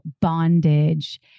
bondage